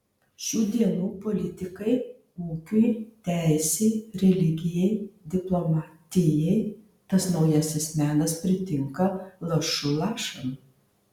šių dienų politikai ūkiui teisei religijai diplomatijai tas naujasis menas pritinka lašu lašan